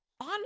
on